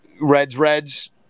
Reds-Reds